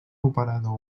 operador